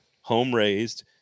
home-raised